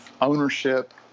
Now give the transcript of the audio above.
ownership